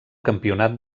campionat